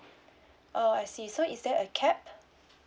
oh I see so is there a cap